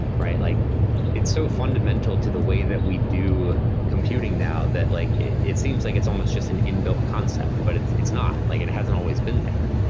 right? like it's so fundamental to the way that we do computing now that like it it seems like it's almost just an inbuilt concept, but it's it's not. like it it hasn't always been there.